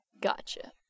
Gotcha